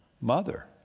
mother